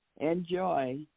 Enjoy